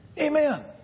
Amen